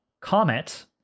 Comet